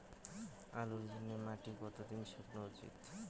আলুর জন্যে মাটি কতো দিন শুকনো উচিৎ?